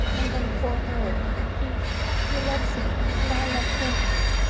and then poor herb he he loves me and i love him, anne.